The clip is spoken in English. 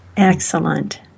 Excellent